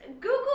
Google